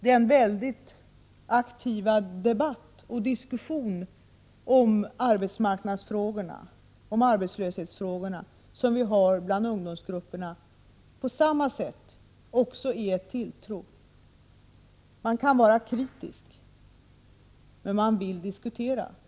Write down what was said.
Den mycket aktiva debatt om arbetsmarknadsoch arbetslöshetsfrågorna som förekommer bland ungdomsgrupperna visar också en tilltro. Man kan vara kritisk, men man vill diskutera.